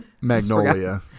Magnolia